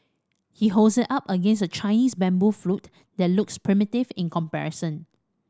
he holds it up against a Chinese bamboo flute that looks primitive in comparison